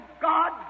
God